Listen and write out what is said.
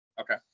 okay